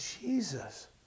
Jesus